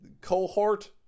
cohort